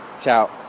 Ciao